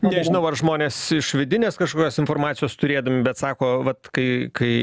nežinau ar žmonės iš vidinės kažkokios informacijos turėdam bet sako vat kai kai